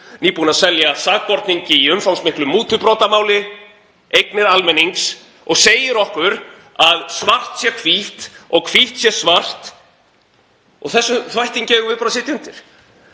nýbúinn að selja sakborningi í umfangsmiklu mútubrotamáli eignir almennings, og segir okkur að svart sé hvítt og hvítt sé svart og þessum þvættingi eigum við bara að sitja undir.